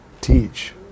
teach